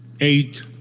eight